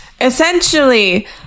essentially